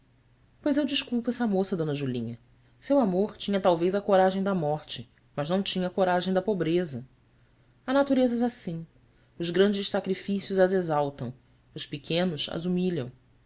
pois eu desculpo essa moça d julinha seu amor tinha talvez a coragem da morte mas não tinha a coragem da pobreza há naturezas assim os grandes sacrifícios as exaltam os pequenos